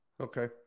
Okay